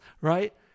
right